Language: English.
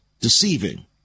deceiving